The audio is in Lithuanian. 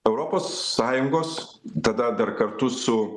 europos sąjungos tada dar kartu su